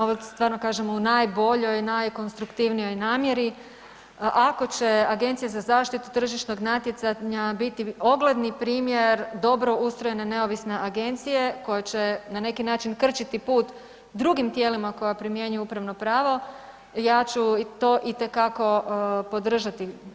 Ovo stvarno kažem u najboljoj i najkonstruktivnijoj namjeri, ako će Agencija za zaštitu tržišnog natjecanja biti ogledni primjer dobro ustrojene neovisne agencije koja će na neki način krčiti put drugim tijelima koja primjenjuju upravno pravo, ja ću to itekako podržati.